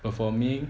performing